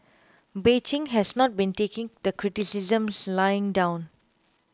Beijing has not been taking the criticisms lying down